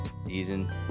season